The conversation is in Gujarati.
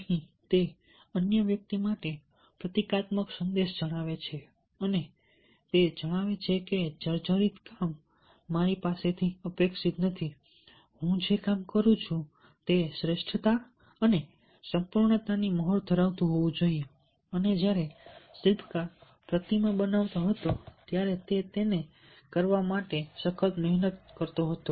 અહીં તે અન્ય વ્યક્તિ માટે પ્રતીકાત્મક સંદેશ જણાવે છે તે જણાવે છે કે જર્જરિત કામ મારી પાસેથી અપેક્ષિત નથી હું જે કામ કરું છું તે શ્રેષ્ઠતા અને સંપૂર્ણતાની મહોર ધરાવતું હોવું જોઈએ અને જ્યારે શિલ્પકાર પ્રતિમા બનાવતો હતો ત્યારે તે તેને કરવા માટે સખત મહેનત કરતો હતો